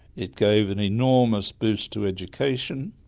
it gave an enormous boost to education.